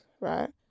right